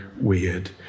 weird